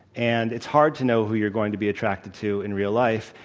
and it's hard to know who you're going to be attracted to in real life,